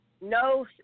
No